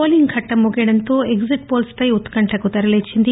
polling ఘట్లం ముగియడంతో exit పోల్స్పై ఉత్కంఠ తెర లేచింది